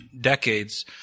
decades